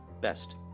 Best